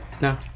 No